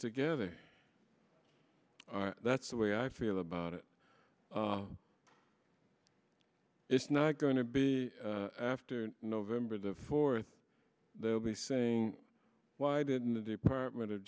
together that's the way i feel about it it's not going to be after november the fourth they'll be saying why didn't the department of